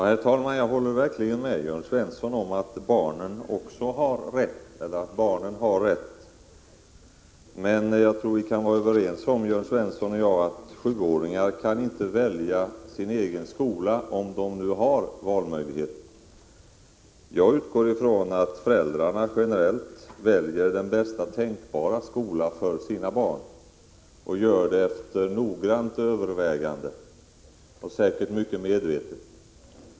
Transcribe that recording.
Herr talman! Jag håller verkligen med Jörn Svensson om att barnen har en rätt, men jag tror att Jörn Svensson och jag kan vara överens om att sjuåringar inte kan välja sin egen skola, även om det föreligger en valmöjlighet. Jag utgår ifrån att föräldrarna generellt väljer den bästa tänkbara skolan för sina barn, efter noggrant övervägande och säkerligen mycket medvetet.